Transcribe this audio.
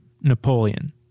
Napoleon